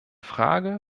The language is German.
frage